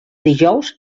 dijous